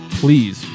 please